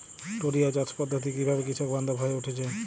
টোরিয়া চাষ পদ্ধতি কিভাবে কৃষকবান্ধব হয়ে উঠেছে?